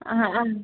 ആ ആ